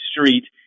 street